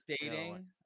dating